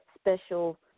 special